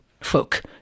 folk